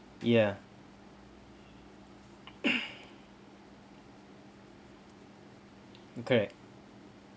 ya correct